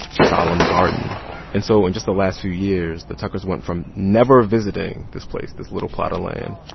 solemn garden and so in just the last few years, the tuckers went from never visiting this place, this little plot of land,